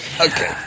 Okay